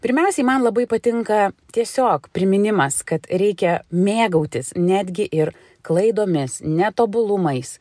pirmiausiai man labai patinka tiesiog priminimas kad reikia mėgautis netgi ir klaidomis netobulumais